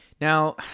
Now